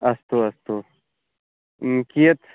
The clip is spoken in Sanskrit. अस्तु अस्तु कियत्